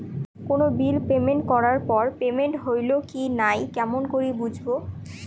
কোনো bill payment করার পর পেমেন্ট হইল কি নাই কেমন করি বুঝবো?